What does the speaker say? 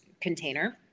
container